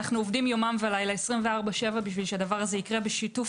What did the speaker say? אנחנו עובדים יום ולילה 24/7 כדי שהדבר הזה יקרה בשיתוף